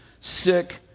sick